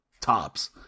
tops